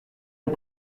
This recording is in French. ont